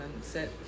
set